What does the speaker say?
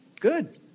Good